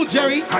Jerry